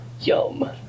Yum